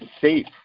safe